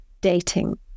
dating